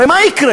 הרי מה יקרה?